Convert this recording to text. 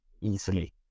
easily